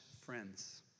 friends